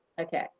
okay